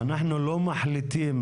אנחנו לא מחליטים,